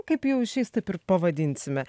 kaip jau išeis taip ir pavadinsime